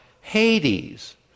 Hades